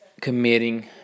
committing